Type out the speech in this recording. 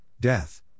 death